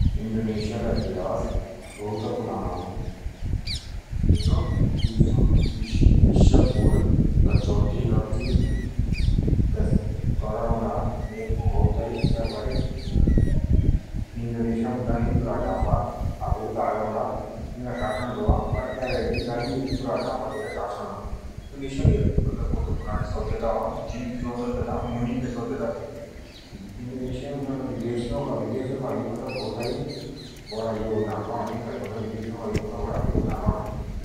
इंडोनेशिया का इतिहास बोउता पुराणा अ इंडोनेशिया मुझ हिन्दू राजाओ का बोउता आगे देउन्डा शासन रवा और एबे भी हिन्दू राजाओं का तेइके शासन अ इंडोनेशिया के बाउते पुराणे सभ्यता अ जो मुनि के सभ्यता ते इंडोनेशिया मुझ विदेशीयों का भी बड़ा योगदान रणा।